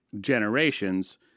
generations